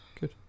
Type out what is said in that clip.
good